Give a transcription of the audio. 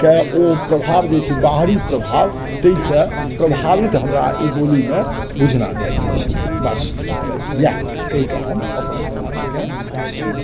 के ओ प्रभाव जे छै बाहरी प्रभाव ताहिसँ प्रभावित हमरा ई बोली मे बुझना जाइत अछि बस तऽ इएह कहि कऽ अपन हम वाणी के